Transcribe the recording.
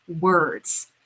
words